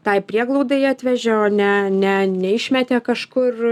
tai prieglaudai atvežė o ne ne neišmetė kažkur